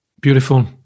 Beautiful